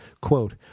Quote